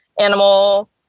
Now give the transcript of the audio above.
animal